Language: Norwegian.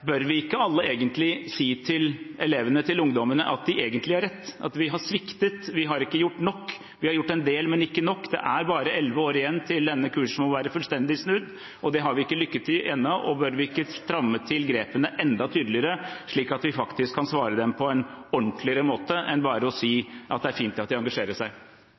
Bør vi ikke alle si til elevene og ungdommene at de egentlig har rett, at vi har sviktet, at vi ikke har gjort nok – vi har gjort en del, men ikke nok? Det er bare elleve år igjen til denne kursen må være fullstendig snudd, og det har vi ikke lyktes med ennå. Bør vi ikke stramme til grepene enda tydeligere, slik at vi kan svare dem på en ordentligere måte enn ved bare å si at det er fint at de engasjerer seg?